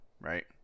right